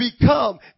become